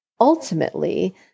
Ultimately